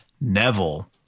Neville